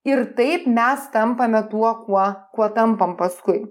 ir taip mes tampame tuo kuo kuo tampam paskui